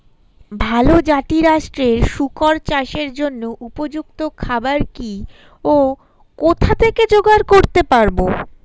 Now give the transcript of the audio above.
ভালো জাতিরাষ্ট্রের শুকর চাষের জন্য উপযুক্ত খাবার কি ও কোথা থেকে জোগাড় করতে পারব?